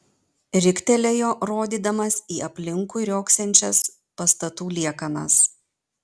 riktelėjo rodydamas į aplinkui riogsančias pastatų liekanas